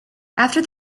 after